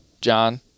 John